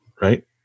right